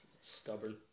Stubborn